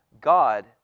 God